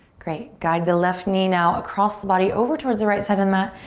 great, guide the left knee now across the body over towards the right side of the mat.